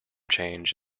change